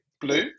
Blue